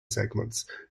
segments